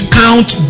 count